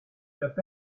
that